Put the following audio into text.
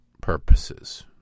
purposes